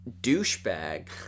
douchebag